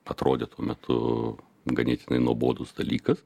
atrodė tuo metu ganėtinai nuobodus dalykas